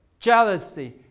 jealousy